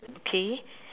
okay